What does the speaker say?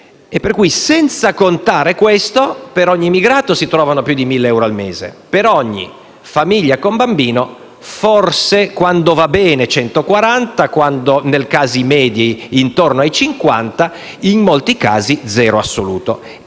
Quindi, senza contare questo, per ogni immigrato si trovano più di 1.000 euro al mese, per ogni famiglia con bambino, forse, quando va bene, 140 euro, nei casi medi intorno ai 50 euro, in molti casi zero assoluto.